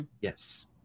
Yes